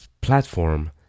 platform